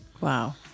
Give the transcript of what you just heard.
Wow